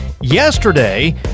Yesterday